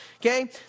Okay